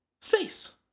space